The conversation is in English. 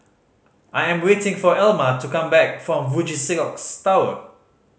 I am waiting for Elma to come back from Fuji Xerox Tower